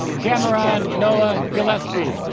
cameron noah gillespie